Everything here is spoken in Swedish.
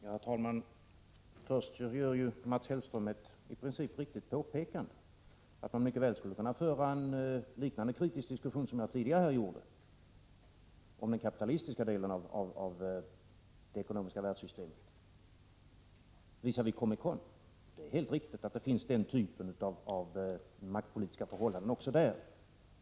Herr talman! Först gör Mats Hellström det i princip alldeles riktiga påpekandet, att man mycket väl skulle kunna föra en kritisk diskussion liknande den som jag tidigare förde om den kapitalistiska delen av det ekonomiska världssystemet visavi Comecon. Det är alldeles riktigt att den typen av maktpolitiska förhållanden finns också där.